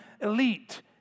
elite